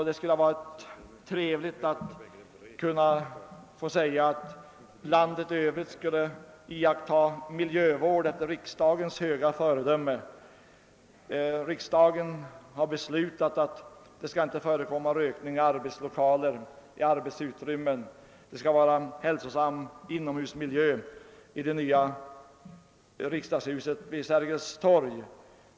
Det hade varit trevligt att kunna få säga att landet i övrigt skall iaktta miljövård efter riksdagens höga föredöme, därför att riksdagen beslutat att det inte skall förekomma rökning i arbetslokaler utan att det skall vara en hälsosam inomhusmiljö i det nya riksdagshuset vid Sergels torg.